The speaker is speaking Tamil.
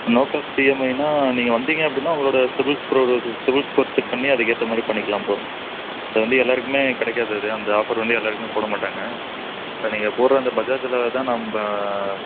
நோ காஸ்ட் இஎம்ஐன்னா நீங்கள் வந்தீங்க அப்படின்னா உங்களோட சிபில் ஸ்க்ரோலோ கு சிவில் ஸ்கோர் செக் பண்ணி அதுக்கு ஏத்த மாதிரி பண்ணிக்கலாம் ப்ரோ அது வந்து எல்லாருக்குமே கிடைக்காது அது அந்த ஆஃபர் வந்து எல்லாருக்குமே போட மாட்டாங்கள் இப்போ நீங்கள் போடுற அந்த பஜாஜில தான் நம்ம